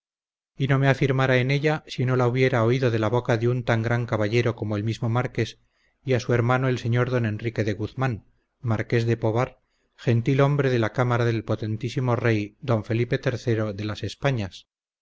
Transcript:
y no me afirmara en ella si no la hubiera oído de la boca de un tan gran caballero como el mismo marqués y a su hermano el señor d enrique de guzmán marqués de pobar gentil hombre de la cámara del potentísimo rey d felipe iii de las españas